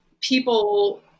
people